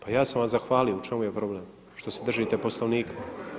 Pa ja sam vam zahvalio, u čemu je problem što se držite Poslovnika?